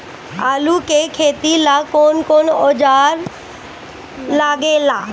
आलू के खेती ला कौन कौन औजार लागे ला?